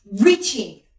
reaching